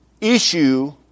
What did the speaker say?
issue